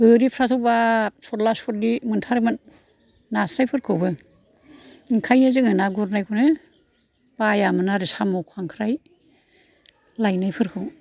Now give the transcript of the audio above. गोरिफ्राथ' बाब सरला सरलि मोनथारोमोन नास्राइफोरखौबो ओंखायो जोङो ना गुरनायखौनो बायामोन आरो साम' खांख्राय लायनायफोरखौ